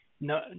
No